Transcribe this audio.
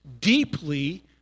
deeply